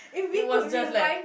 it was just like